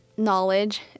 knowledge